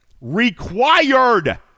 required